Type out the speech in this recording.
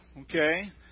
Okay